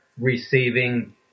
receiving